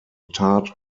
tat